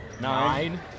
Nine